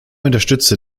unterstützte